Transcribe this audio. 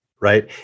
right